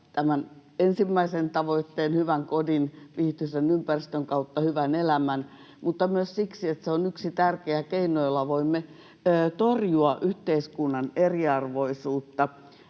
ensimmäisen tavoitteen, hyvän kodin, viihtyisän ympäristön ja hyvän elämän, kannalta, mutta myös siksi, että se on yksi tärkeä keino, jolla voimme torjua yhteiskunnan eriarvoisuutta.